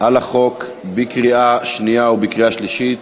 על החוק בקריאה שנייה ובקריאה שלישית.